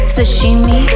Sashimi